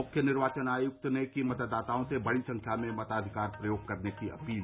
मुख्य निर्वाचन आयुक्त ने की मतदाताओं से बड़ी संख्या में मताधिकार प्रयोग करने की अपील